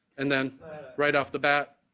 and then right off the bat,